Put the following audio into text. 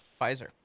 Pfizer